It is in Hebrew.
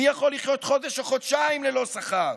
מי יכול לחיות חודש או חודשיים ללא שכר?